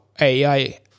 AI